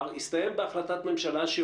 עסקנו בנושא הרגיש של תחלואה וזיהום